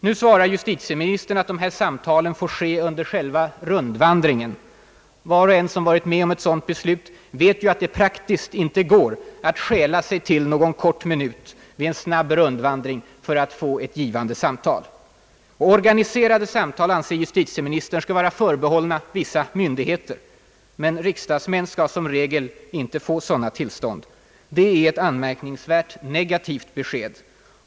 Nu svarar justitieministern, att sådant får ske under själva rundvandringen. Var och en som varit med om ett sådant besök vet att det av praktiska skäl inte går att stjäla sig till mer än någon kort minut vid en snabb rundvandring vilket inte är tillräckligt för att få ett givande samtal. Organiserade samtal anser justitieministern skall vara förbehållna vissa myndigheter, men riksdagsmän skall som regel inte få sådana tillstånd. Det är ett anmärkningsvärt negativt besked.